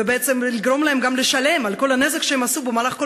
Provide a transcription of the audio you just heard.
ובעצם לגרום להם גם לשלם על כל הנזק שהם עשו במהלך כל